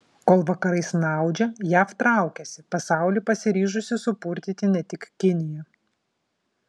kol vakarai snaudžia jav traukiasi pasaulį pasiryžusi supurtyti ne tik kinija